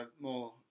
more